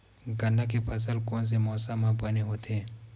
गन्ना के फसल कोन से मौसम म बने होथे?